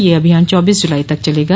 यह अभियान चौबीस जुलाई तक चलेगा